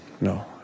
no